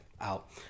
out